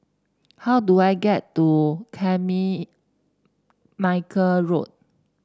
how do I get to Road